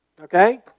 okay